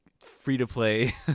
free-to-play